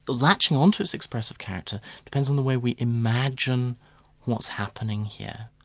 latching on to its expressive character depends on the way we imagine what's happening here,